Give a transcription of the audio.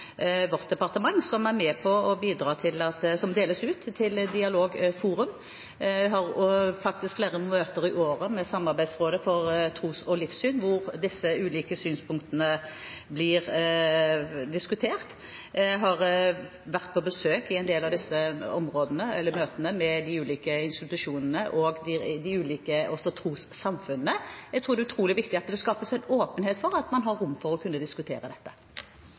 faktisk også flere møter i året med Samarbeidsrådet for tros- og livssynssamfunn hvor disse ulike synspunktene blir diskutert. Jeg har vært på besøk i en del av disse møtene med de ulike institusjonene og også de ulike trossamfunnene. Jeg tror det er utrolig viktig at det skapes en åpenhet for at man har rom for å kunne diskutere dette.